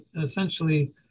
essentially